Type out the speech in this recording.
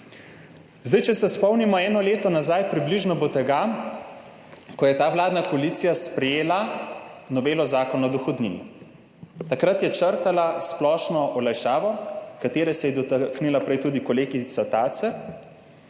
Če se spomnimo, od tega je približno eno leto, ko je ta vladna koalicija sprejela novelo Zakona o dohodnini, takrat je črtala splošno olajšavo, ki se je je dotaknila prej tudi kolegica Tacer,